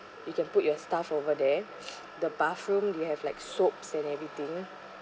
you can put your stuff over there the bathroom you have like soap sand everything